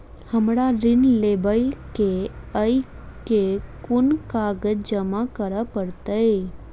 हमरा ऋण लेबै केँ अई केँ कुन कागज जमा करे पड़तै?